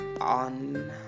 on